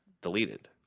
deleted